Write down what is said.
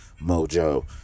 mojo